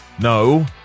No